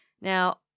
Now